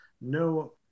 no